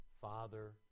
Father